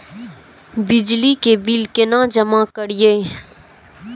बिजली के बिल केना जमा करिए?